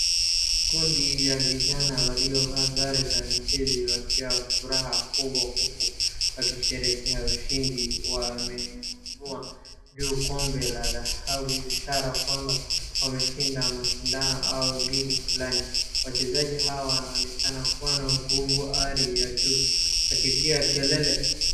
Kundi ya vijana waliovaa sare za michezo wakiwa furaha kubwa huku wakisherekea ushindi. Wameinua juu kombe la dhahabu ishara kwamba wameshinda mashindano au ligi flani. Wachezaji hawa wanaonekana kuwa na nguvu hadi ya juu wakipiga kelele.